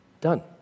done